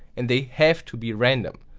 and they have to be random.